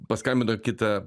paskambino kitą